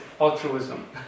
altruism